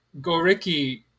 goriki